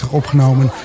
opgenomen